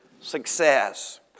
success